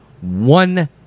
One